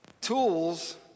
tools